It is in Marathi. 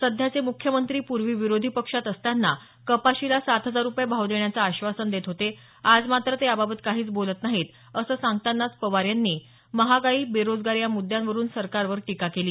सध्याचे मुख्यमंत्री पूर्वी विरोधी पक्षात असताना कपाशीला सात हजार रुपये भाव देण्याचं आश्वासन देत होते आज मात्र ते याबाबत बोलत नाहीत असं सांगतानाच पवार यांनी महागाई बेरोजगारी या मुद्यांवरून सरकारवर टीका केली